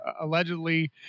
allegedly